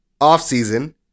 offseason